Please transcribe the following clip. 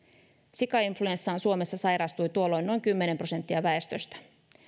sikainfluenssaan suomessa sairastui tuolloin noin kymmenen prosenttia väestöstä